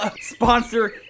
sponsor